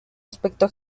aspecto